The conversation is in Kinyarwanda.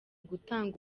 gutanga